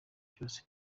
cyose